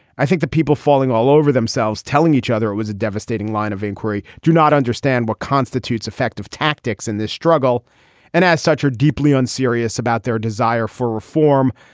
i think that people falling all over themselves telling each other it was a devastating line of inquiry do not understand what constitutes effective tactics in this struggle and as such are deeply unserious about their desire for reform.